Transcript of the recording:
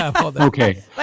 Okay